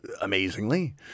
amazingly